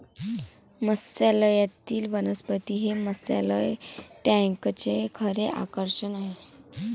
मत्स्यालयातील वनस्पती हे मत्स्यालय टँकचे खरे आकर्षण आहे